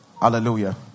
Hallelujah